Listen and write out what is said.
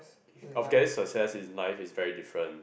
of getting success is mine is very different